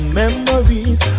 memories